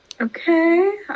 Okay